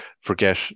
forget